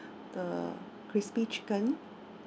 the crispy chicken